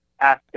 ask